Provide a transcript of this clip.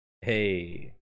Hey